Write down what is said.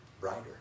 brighter